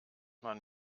man